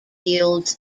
yields